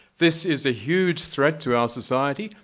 this is a huge threat to our society.